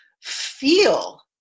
feel